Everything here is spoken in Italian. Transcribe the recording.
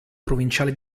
provinciale